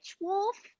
wolf